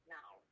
now